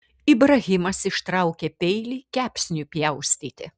ibrahimas ištraukė peilį kepsniui pjaustyti